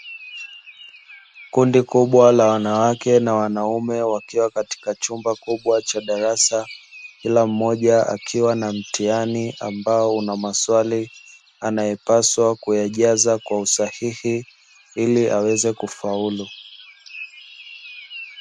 Kundi kubwa la wanaume na wanawake wakiwa katika chumba cha darasa kilammoja akiwa na mtihani ambao unamaswali anayopaswa kuyajaza kwa usahihi iliaweze kufaulu.